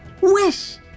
Wish